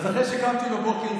אז אחרי שקמתי בבוקר,